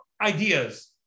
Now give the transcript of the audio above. ideas